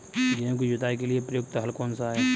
गेहूँ की जुताई के लिए प्रयुक्त हल कौनसा है?